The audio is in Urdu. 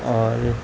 اور